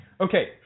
Okay